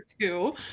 two